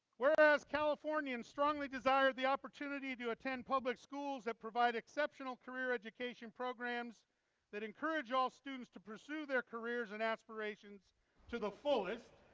whereas californians strongly desire the opportunity to attend public schools that provide exceptional career education programs that encourage all students to pursue their careers and aspirations to the fullest,